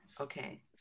Okay